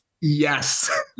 Yes